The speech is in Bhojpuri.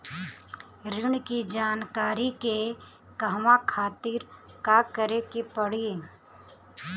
ऋण की जानकारी के कहवा खातिर का करे के पड़ी?